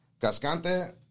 Cascante